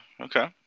okay